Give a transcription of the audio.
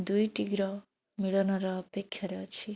ଦୁଇଟିର ମିଳନର ଅପେକ୍ଷାରେ ଅଛି